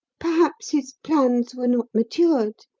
perhaps his plans were not matured.